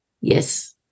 Yes